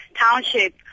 township